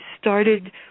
started